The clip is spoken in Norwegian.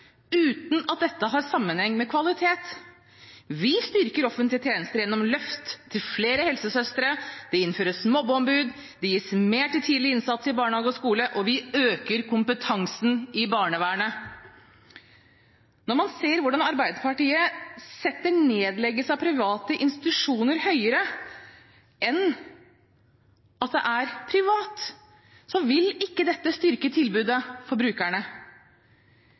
uten at dette har sammenheng med kvalitet. Vi styrker offentlige tjenester gjennom løft til flere helsesøstre, det innføres mobbeombud, det gis mer til tidlig innsats i barnehage og skole, og vi øker kompetansen i barnevernet. Når man ser hvordan Arbeiderpartiet stiller seg til nedleggelse av private institusjoner kun fordi de er private, vil ikke dette styrke tilbudet